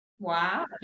Wow